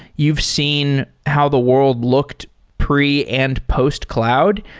you've seen how the world looked pre and post-cloud.